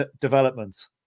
developments